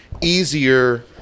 easier